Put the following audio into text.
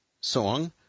song